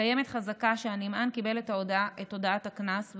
קיימת חזקה שהנמען קיבל את הודעת הקנס,